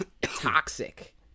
toxic